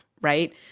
right